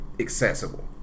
accessible